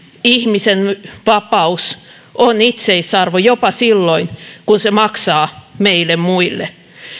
ihmisen vapaus on itseisarvo jopa silloin kun se maksaa meille muille